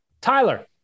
Tyler